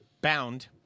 *Bound*